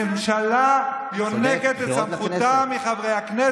הממשלה יונקת את סמכותה מחברי הכנסת,